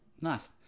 Nice